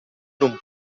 non